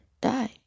die